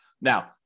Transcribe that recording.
Now